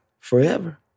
Forever